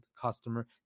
customer